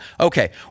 Okay